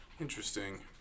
Interesting